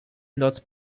not